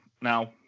now